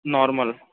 normal